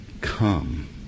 come